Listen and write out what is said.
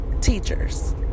teachers